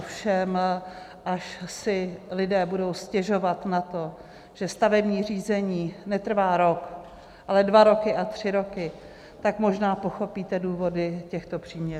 Ovšem až si lidé budou stěžovat na to, že stavební řízení netrvá rok, ale dva roky a tři roky, tak možná pochopíte důvody těchto příměrů.